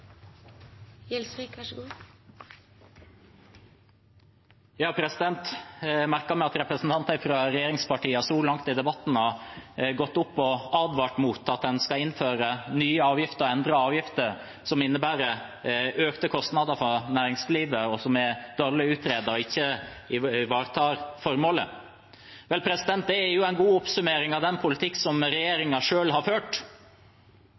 meg at representanter fra regjeringspartiene så langt i debatten har gått opp og advart mot at en skal innføre nye avgifter og endre avgifter, som innebærer økte kostnader for næringslivet, og som er dårlig utredet og ikke ivaretar formålet. Vel, det er en god oppsummering av den politikken som regjeringen selv har ført,